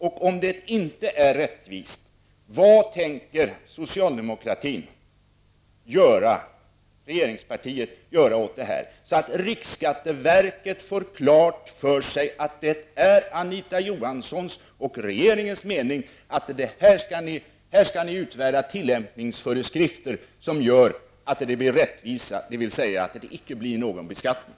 Och om det inte är rättvist, vad tänker regeringspartiet göra åt det, så att riksskatteverket får klart för sig att det är Anita Johanssons och regeringens mening att man skall utfärda tillämpningsföreskrifter som gör att det blir rättvisa, dvs. att det icke blir någon beskattning?